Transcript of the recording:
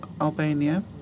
Albania